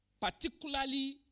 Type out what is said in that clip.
particularly